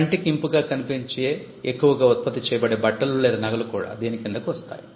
కంటికి ఇంపుగా కనిపించే ఎక్కువగా ఉత్పత్తి చేయబడే బట్టలు లేదా నగలు కూడా దీని కిందకు వస్తాయి